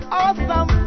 awesome